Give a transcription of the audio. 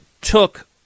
took